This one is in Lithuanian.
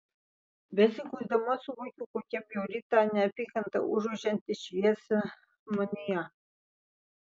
besikuisdama suvokiu kokia bjauri ta neapykanta užgožianti šviesą manyje